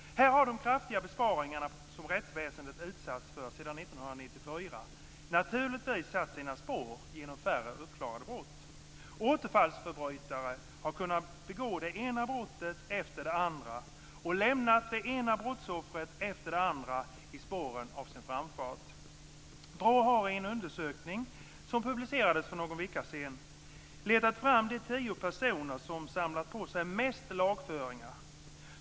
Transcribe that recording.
Här har de kraftiga besparingarna som rättsväsendet utsatts för sedan 1994 naturligtvis satt sina spår genom färre uppklarade brott. Återfallsförbrytare har kunnat begå det ena brottet efter det andra och lämna det ena brottsoffret efter det andra i spåren av sin framfart. BRÅ har i en undersökning som publicerades för några veckor sedan letat fram de tio personer som samlat på sig mest lagföringar.